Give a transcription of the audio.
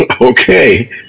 Okay